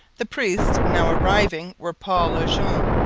the priests now arriving were paul le jeune,